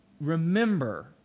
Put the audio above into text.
remember